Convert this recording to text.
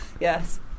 Yes